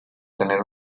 tener